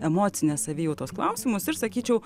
emocinės savijautos klausimus ir sakyčiau